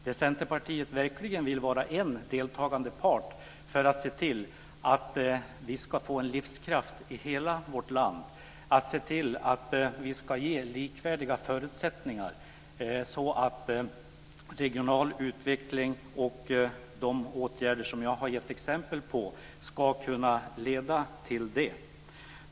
Och Centerpartiet vill verkligen vara en deltagande part för att se till att vi ska få en livskraft i hela vårt land och se till att vi ska ge likvärdiga förutsättningar så att regional utveckling och de åtgärder som jag har gett exempel på ska kunna leda till det.